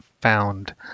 found